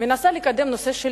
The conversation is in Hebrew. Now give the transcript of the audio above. מנסה לקדם נושא של